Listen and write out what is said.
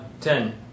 ten